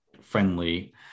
friendly